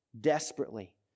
Desperately